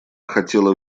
хотела